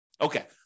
Okay